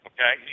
Okay